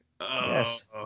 Yes